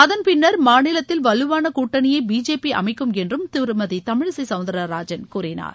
அதன்பின்னர் மாநிலத்தில் வலுவான கூட்டணியை பிஜேபி அமைக்கும் என்றும் திருமதி தமிழிசை சவுந்தரராஜன் கூறினார்